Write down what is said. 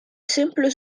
simpele